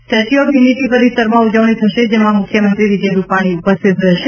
statue of unity પરિસરમાં ઉજવણી થશે જેમાં મુખ્યમંત્રી વિજય રૂપાણી ઉપસ્થિત રહેશે